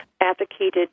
advocated